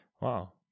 Wow